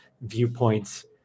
viewpoints